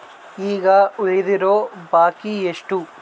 ಈಗ ಉಳಿದಿರೋ ಬಾಕಿ ಎಷ್ಟು?